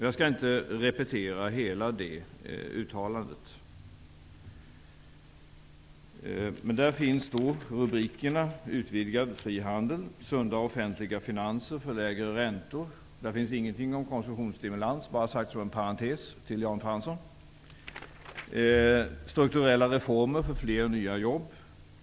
Jag skall inte återge hela det uttalandet, utan jag skall endast nämna några rubriker. En annan rubrik lyder Sunda offentliga finanser för lägre räntor -- där finns ingenting om konsumtionsstimulans, Jan Fransson. En ytterligare rubrik lyder Strukturella reformer för fler och nya jobb.